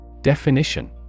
Definition